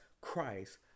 Christ